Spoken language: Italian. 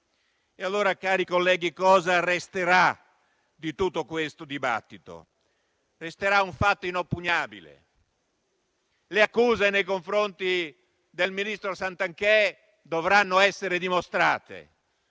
E allora, cari colleghi, cosa resterà di tutto questo dibattito? Resterà un fatto inoppugnabile. Le accuse nei confronti del ministro Santanchè, che per ora